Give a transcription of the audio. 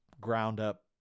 ground-up